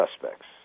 suspects